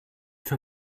für